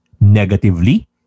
negatively